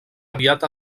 aviat